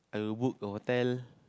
I will book a hotel